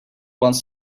wants